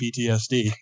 PTSD